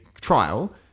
trial